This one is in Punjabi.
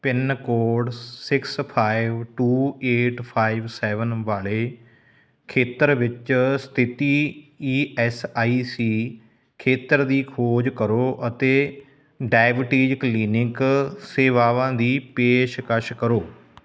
pin code six five two eight five seven ਵਾਲੇ ਖੇਤਰ ਵਿੱਚ ਸਥਿਤੀ ਈ ਐੱਸ ਆਈ ਸੀ ਖੇਤਰ ਦੀ ਖੋਜ ਕਰੋ ਅਤੇ ਡੈਬਟੀਜ਼ ਕਲੀਨਿਕ ਸੇਵਾਵਾਂ ਦੀ ਪੇਸ਼ਕਸ਼ ਕਰੋ